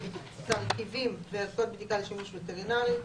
תרכיבים וערכות בדיקה לשימוש וטרינרי,